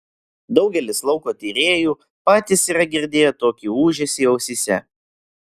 daugelis lauko tyrėjų patys yra girdėję tokį ūžesį ausyse